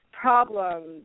problems